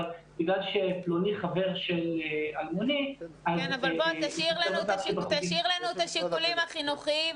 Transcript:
בגלל שפלוני חבר של אלמוני --- תשאיר לנו את השיקולים החינוכיים.